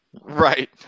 Right